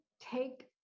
take